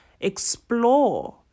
explore